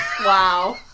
Wow